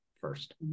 first